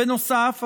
בנוסף,